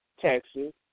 Texas